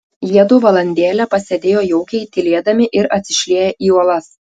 jiedu valandėlę pasėdėjo jaukiai tylėdami ir atsišlieję į uolas